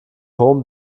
hohem